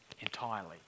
entirely